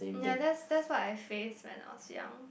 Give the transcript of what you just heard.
ya that's that's what I face that I was young